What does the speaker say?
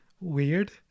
weird